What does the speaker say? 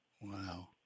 Wow